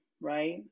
right